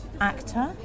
Actor